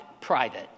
private